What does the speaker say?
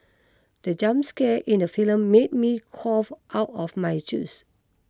the jump scare in the film made me cough out my juice